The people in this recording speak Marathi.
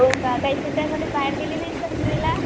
हो का काही सुट्ट्यांमध्ये बाहेर गेली नाहीस का फिरायला